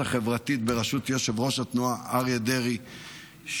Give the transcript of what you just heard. החברתית בראשות יושב-ראש התנועה אריה דרעי,